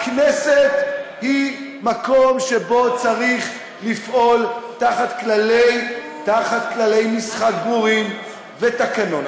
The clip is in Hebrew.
הכנסת היא מקום שבו צריך לפעול תחת כללי משחק ברורים ותקנון.